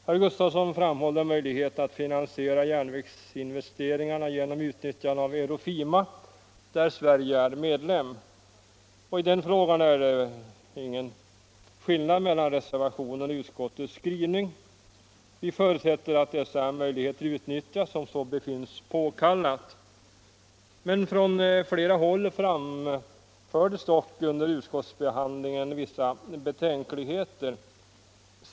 Herr Gustafson framhåller möjligheten att finansiera järnvägsinvesteringar genom utnyttjande av EUROFIMA, där Sverige är medlem. I den frågan är det ingen skillnad mellan reservationen och utskottets skrivning. Vi förutsätter att dessa möjligheter utnyttjas om så befinns påkallat. Från flera håll framfördes dock under utskottsbehandlingen vissa betänkligheter.